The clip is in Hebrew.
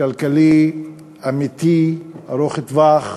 כלכלי אמיתי, ארוך-טווח,